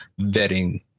vetting